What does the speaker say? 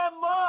more